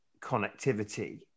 connectivity